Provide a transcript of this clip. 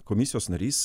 komisijos narys